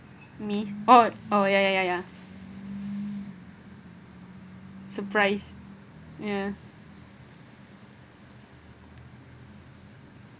me oh oh ya ya ya ya surprise ya